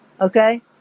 Okay